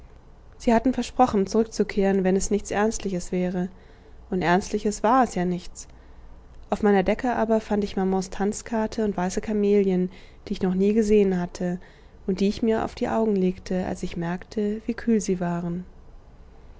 sie hatten versprochen zurückzukehren wenn es nichts ernstliches wäre und ernstliches war es ja nichts auf meiner decke aber fand ich mamans tanzkarte und weiße kamelien die ich noch nie gesehen hatte und die ich mir auf die augen legte als ich merkte wie kühl sie waren